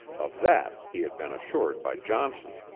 of that he had been assured by johnson.